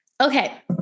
Okay